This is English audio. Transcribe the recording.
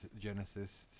Genesis